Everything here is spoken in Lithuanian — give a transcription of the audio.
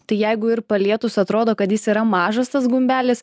tai jeigu ir palietus atrodo kad jis yra mažas tas gumbelis